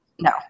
No